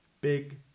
Big